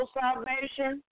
salvation